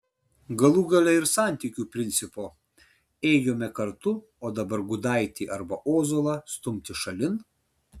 galų gale ir santykių principo ėjome kartu o dabar gudaitį arba ozolą stumti šalin